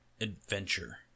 adventure